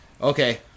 Okay